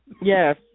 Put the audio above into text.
Yes